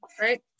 right